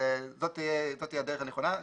זאת תהיה הדרך הנכונה.